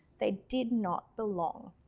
they did not belong.